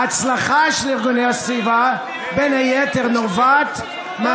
ההצלחה של ארגוני הסביבה נובעת בין היתר